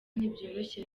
ntibyoroshye